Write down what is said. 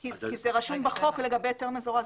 כי זה רשום בחוק לגבי היתר מזורז.